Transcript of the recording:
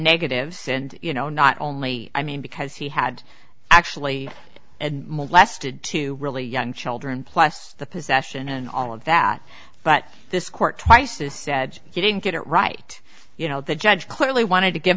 negatives and you know not only i mean because he had actually molested two really young children plus the possession and all of that but this court twice is said he didn't get it right you know the judge clearly wanted to give